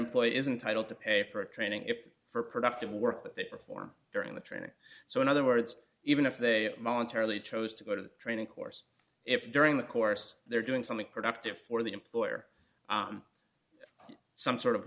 employee is entitle to pay for a training if for productive work that they perform during the training so in other words even if they voluntarily chose to go to the training course if during the course they're doing something productive for the employer some sort of